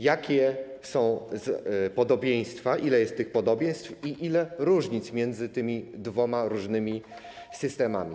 Jakie są podobieństwa, ile jest tych podobieństw i ile jest różnic między tymi dwoma różnymi systemami?